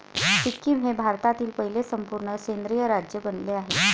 सिक्कीम हे भारतातील पहिले संपूर्ण सेंद्रिय राज्य बनले आहे